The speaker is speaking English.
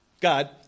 God